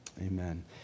Amen